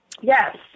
Yes